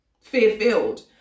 fear-filled